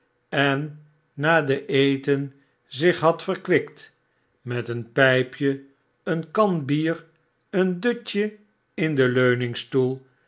en gegeten had ennadeneter zich had verkwikt met een pijpje eene kan bier een dutje in deiv